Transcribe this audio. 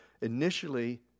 initially